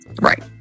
Right